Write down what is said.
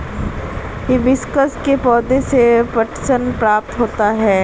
hibiscus के पौधे से पटसन प्राप्त होता है